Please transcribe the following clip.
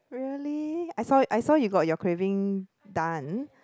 really I saw it I saw you got your craving done